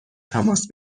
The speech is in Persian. تماس